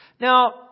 Now